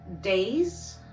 days